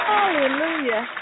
Hallelujah